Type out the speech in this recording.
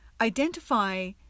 identify